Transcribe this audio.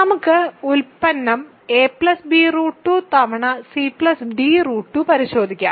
നമുക്ക് ഉൽപ്പന്നം a b √2 തവണ c d √2 പരിശോധിക്കാം